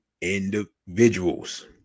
individuals